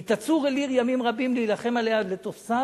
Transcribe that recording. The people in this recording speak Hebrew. "כי תצור אל עיר ימים רבים להִלחם עליה לתפשה